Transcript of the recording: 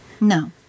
No